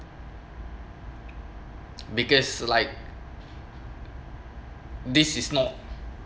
because like this is not